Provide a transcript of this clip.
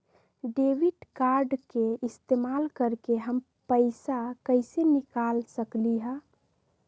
Debit card के इस्तेमाल करके हम पैईसा कईसे निकाल सकलि ह?